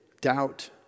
doubt